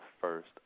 first